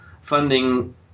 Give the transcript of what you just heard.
funding